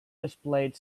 displayed